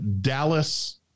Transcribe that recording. Dallas